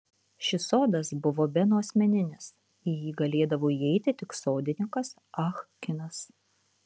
šis sodas buvo beno asmeninis į jį galėdavo įeiti tik sodininkas ah kinas